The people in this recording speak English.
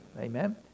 Amen